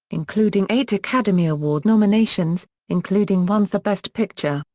including eight academy award nominations, including one for best picture.